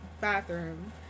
bathroom